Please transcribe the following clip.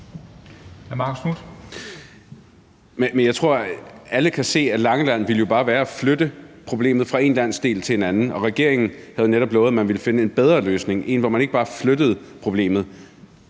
jeg tror, at alle kan se, at Langeland jo bare ville være at flytte problemet fra én landsdel til en anden, og regeringen havde netop lovet, at man ville finde en bedre løsning, altså en, hvor man ikke bare flyttede problemet.